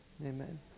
Amen